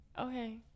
Okay